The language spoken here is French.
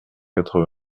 quatre